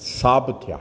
shop थिया